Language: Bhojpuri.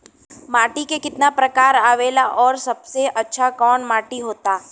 माटी के कितना प्रकार आवेला और सबसे अच्छा कवन माटी होता?